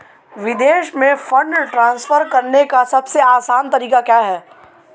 विदेश में fund transfer करने का सबसे आसान तरीका क्या है?